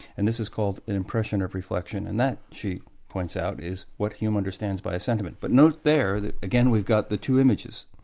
and this is called the and impression of reflection, and that, she points out, is what hume understands by a sentiment. but note there that again we've got the two images